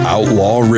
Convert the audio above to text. Outlaw